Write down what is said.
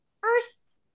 first